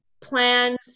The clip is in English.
plans